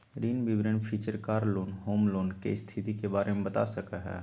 ऋण विवरण feature car loan, home loan, के स्थिति के बारे में बता सका हइ